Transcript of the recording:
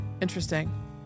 interesting